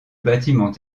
bâtiment